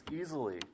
easily